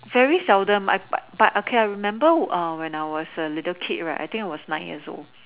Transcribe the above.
very seldom I buy but okay I remember err when I was a little kid right I think I was nine years old